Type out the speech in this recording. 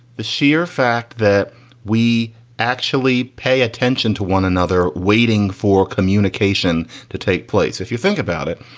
the sheer fact that we actually pay attention to one another waiting for communication to take place. if you think about it,